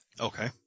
Okay